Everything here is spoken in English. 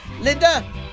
Linda